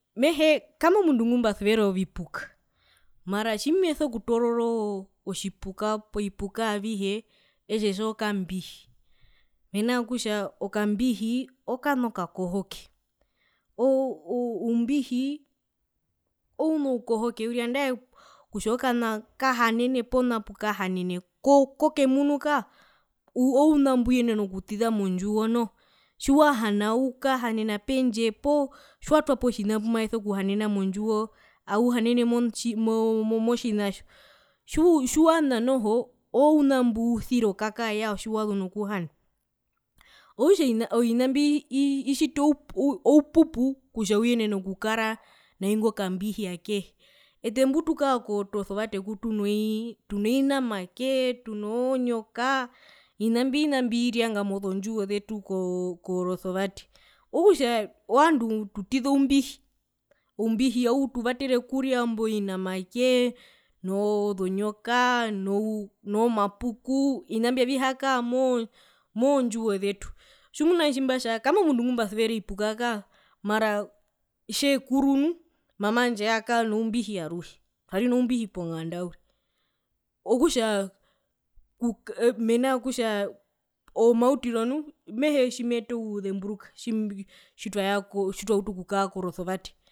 Mehee kaami omundu ngumbasuvera ovipuka mara tjimeso kutoora otjipuka movipuka avihe etjetja okambihi mena rokutja okambihi okana okakohoke oo o oumbihi ouna oukohoke uriri nandae kutja okana kahanene pona pu kahanene ko kokemunu kaa ouna mbuyenena okutiza mondjiwo noho tjiwahana ukahanena pendje poo tjiwatwapo tjina tjimaeso kuhanena mondjiwo auhanene motji mo mo motjinatjo tjiu tjiwana noho ouna mbusira okakaa yao tjiwazu nokuhana, okutja ovinambi ii itjita oupupu kutja uyenene okukara naingo kambihi akehe ete mbutukara koresevate mbutu oii tuno vinamakee tunoo nyokaa ovina mbi ovina mbirianga mozondjiwo zetu ko koresevate okutja ovandu tutiza oumbihi, oumbihi autuvatere okuria imbo vinamakee noozonyoka nou noo mapukuu ovina mbyo avikaa mozondjiwo tjimuna tjimbatja kaami omundu ngumbasuvera ovipuka kaako mara tjeekuru nu mama wandje aakara noumbihi aruhe twari noumbihi ponganda uriri okutjaa mena kutja omautiro nu mehee tjimeeta ouzemburuka tji tjitwayako tjitwauta okukaa koresevate.